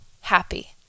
happy